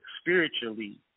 spiritually